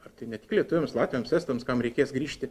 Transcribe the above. ar tai ne tik lietuviams latviams estams kam reikės grįžti